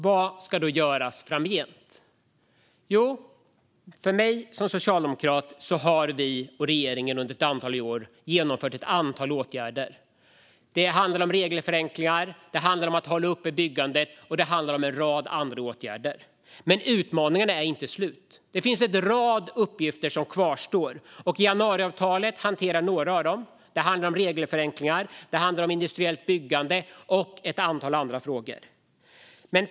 Vad ska göras framgent? Socialdemokraterna och regeringen har under ett antal år genomfört en mängd åtgärder. Det handlar om regelförenklingar, om att hålla uppe byggandet och om en rad andra åtgärder. Men utmaningarna är inte slut. En rad uppgifter kvarstår. Januariavtalet hanterar några av dem. Det handlar om regelförenklingar, industriellt byggande och ett antal andra frågor.